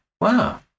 wow